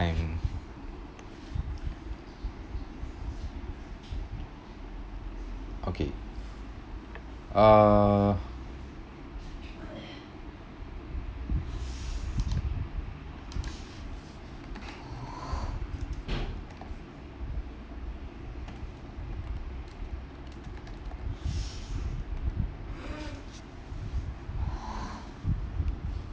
okay uh